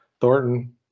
Thornton